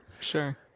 Sure